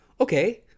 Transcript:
okay